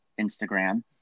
Instagram